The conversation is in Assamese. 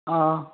অঁ